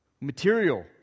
Material